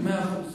מאה אחוז.